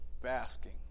basking